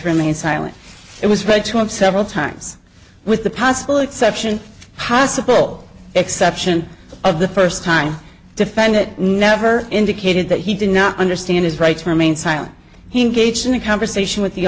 remain silent it was read to him several times with the possible exception possible exception of the first time defendant never indicated that he did not understand his rights remain silent he gaijin a conversation with the